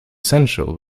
essential